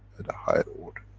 at a higher order.